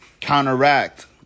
counteract